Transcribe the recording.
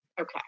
okay